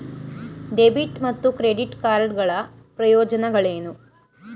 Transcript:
Debit ಮತ್ತು credit card ಗಳ ಪ್ರಯೋಜನಗಳೇನು?